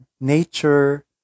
nature